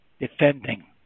defending